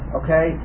okay